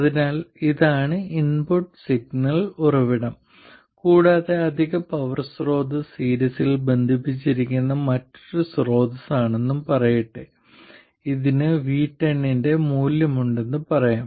അതിനാൽ ഇതാണ് input signal ഉറവിടം കൂടാതെ അധിക പവർ സ്രോതസ്സ് സീരീസിൽ ബന്ധിപ്പിച്ചിരിക്കുന്ന മറ്റൊരു സ്രോതസ്സാണെന്നും പറയട്ടെ ഇതിന് v10 ന്റെ മൂല്യമുണ്ടെന്ന് പറയാം